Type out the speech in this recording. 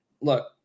look